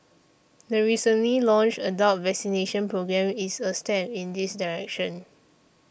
the recently launched adult vaccination programme is a step in this direction